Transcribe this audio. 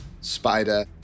spider